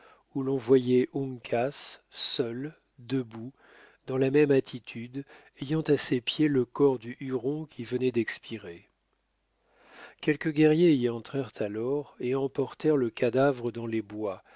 où l'on voyait uncas seul debout dans la même attitude ayant à ses pieds le corps du huron qui venait d'expirer quelques guerriers y entrèrent alors et emportèrent le cadavre dans les bois